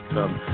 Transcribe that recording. Come